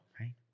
right